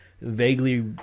vaguely